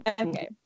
Okay